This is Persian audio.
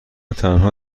تنها